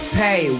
pay